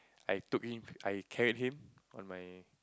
I took him I carried him on my